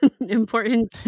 Important